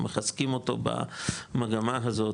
מחזקים אותו במגמה הזאת,